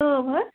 تٲو حظ